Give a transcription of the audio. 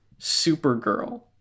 supergirl